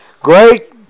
great